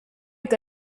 est